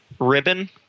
ribbon